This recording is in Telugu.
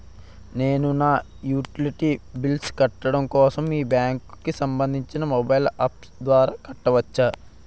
నేను నా యుటిలిటీ బిల్ల్స్ కట్టడం కోసం మీ బ్యాంక్ కి సంబందించిన మొబైల్ అప్స్ ద్వారా కట్టవచ్చా?